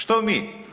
Što mi?